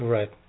Right